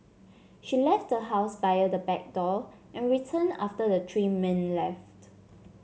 she left the house via the back door and returned after the three men left